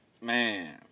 man